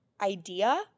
idea